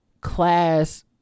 class